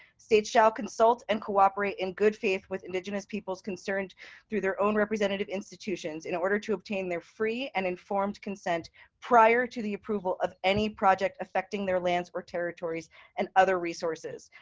states shall consult and cooperate in good faith with indigenous peoples concerned through their own representative institutions in order to obtain their free and informed consent prior to the approval of any project affecting their lands or territories and other resources,